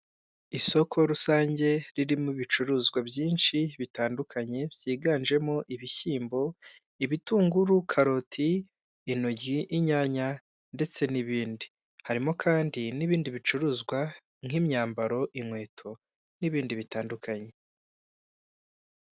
Isoko rusange ririmo ibicuruzwa byinshi bitandukanye byiganjemo ibishyimbo, ibitunguru, karoti, intoryi, inyanya ndetse n'ibindi, harimo kandi n'ibindi bicuruzwa nk'imyambaro, inkweto n'ibindi bitandukanye.